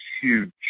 huge